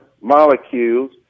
molecules